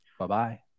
Bye-bye